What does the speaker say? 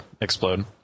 explode